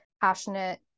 passionate